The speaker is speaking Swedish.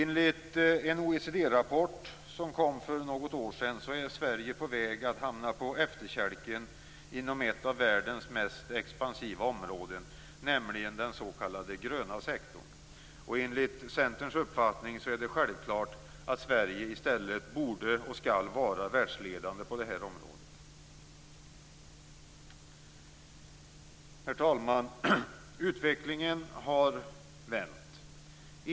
Enligt en OECD-rapport som kom för något år sedan är Sverige på väg att hamna på efterkälken inom ett av världens mest expansiva områden, nämligen den s.k. gröna sektorn. Enligt Centerns uppfattning är det självklart att Sverige i stället borde och skall vara världsledande på detta område. Herr talman! Utvecklingen har vänt.